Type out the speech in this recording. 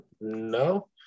no